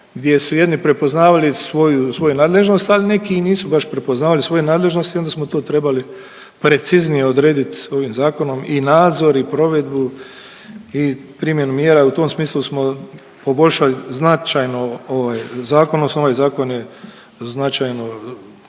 gdje su jedni prepoznavali svoju nadležnost ali neki i nisu baš prepoznavali svoju nadležnost i onda smo to trebali preciznije odrediti ovim zakonom i nadzor i provedu i primjenu mjera i u tom smislu smo poboljšali značajno ovaj zakon odnosno ovaj zakon je značajno